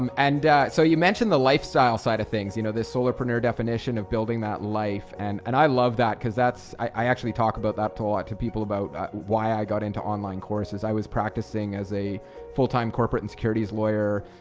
um and so you mentioned the lifestyle side of things you know this solopreneur definition of building that life and and i love that because that's i actually talked about that talked to people about why i got into online courses i was practicing as a full-time corporate and securities lawyer